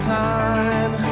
time